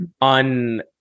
on